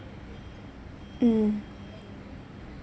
mm